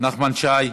נחמן שי,